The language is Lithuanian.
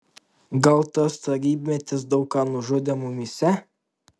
gal tas tarybmetis daug ką nužudė mumyse